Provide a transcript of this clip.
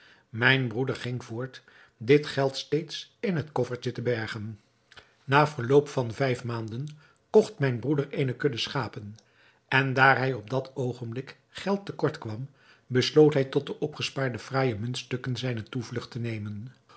mijn broeder ging voort dit geld steeds in het koffertje te bergen na verloop van die vijf maanden kocht mijn broeder eene kudde schapen en daar hij op dat oogenblik geld te kort kwam besloot hij tot de opgespaarde fraaije muntstukken zijne toevlugt te nemen